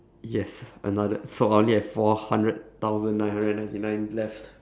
yes another so I only have four hundred thousand nine hundred and ninety nine left